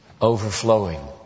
Overflowing